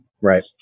Right